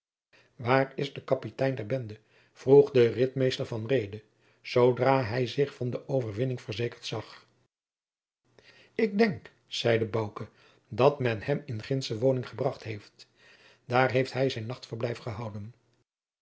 waar is de kapitein der bende vroeg de ritmeester van reede zoodra hij zich van de overwinning verzekerd zag ik denk zeide bouke dat men hem in gindsche woning gebracht heeft daar heeft hij zijn nachtverblijf gehouden